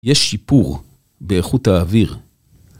יש שיפור באיכות האוויר.